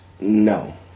No